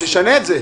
שישנה את זה.